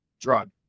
drug